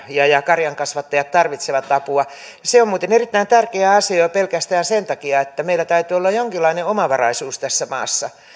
ja ja karjankasvattajat tarvitsevat apua se on muuten erittäin tärkeä asia jo jo pelkästään sen takia että meillä täytyy olla jonkinlainen omavaraisuus tässä maassa